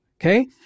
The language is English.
Okay